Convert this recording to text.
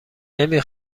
نمی